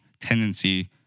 tendency